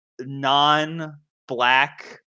non-black